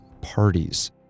parties